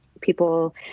people